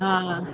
हा